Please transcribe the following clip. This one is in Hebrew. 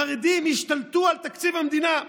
החרדים השתלטו על תקציב המדינה.